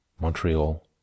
Montreal